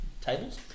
tables